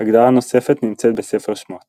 הגדרה נוספת נמצאת בספר שמות